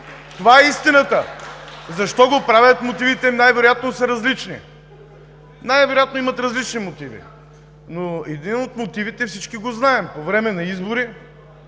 шум и реплики.) Защо го правят? Мотивите най-вероятно са различни. Най-вероятно имат различни мотиви, но един от мотивите всички го знаем – по време на избори